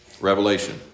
Revelation